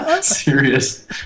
Serious